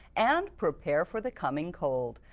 and prepare for the coming cold.